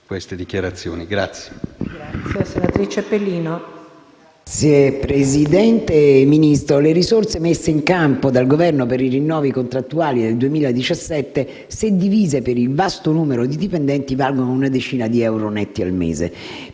XVII)*. Signor Ministro, le risorse messe in campo dal Governo per i rinnovi contrattuali del 2017, se divise per il vasto numero di dipendenti, valgono una decina di euro netti al mese.